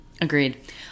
Agreed